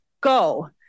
go